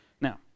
now